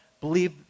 believe